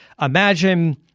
Imagine